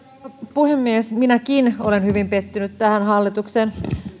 puhemies minäkin olen hyvin pettynyt tähän hallituksen